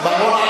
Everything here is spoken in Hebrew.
בר-און,